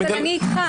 אבל אני איתך.